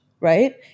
right